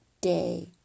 day